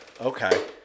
Okay